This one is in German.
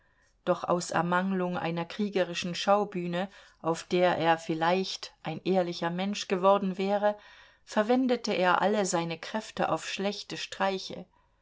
doch aus ermanglung einer kriegerischen schaubühne auf der er vielleicht ein ehrlicher mensch geworden wäre verwendete er alle seine kräfte auf schlechte streiche